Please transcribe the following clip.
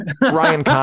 ryan